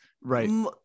right